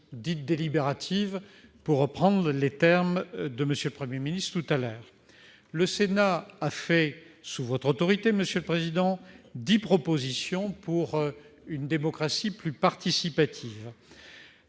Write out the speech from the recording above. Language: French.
délibérative », pour reprendre les termes de M. le Premier ministre. Le Sénat a fait, sous votre autorité, monsieur le président, dix propositions pour une démocratie plus participative